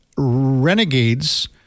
Renegade's